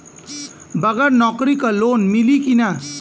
बगर नौकरी क लोन मिली कि ना?